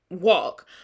walk